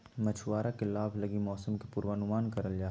मछुआरा के लाभ लगी मौसम के पूर्वानुमान करल जा हइ